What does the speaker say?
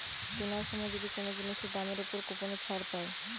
কিনার সময় যদি কোন জিনিসের দামের উপর কুপনের ছাড় পায়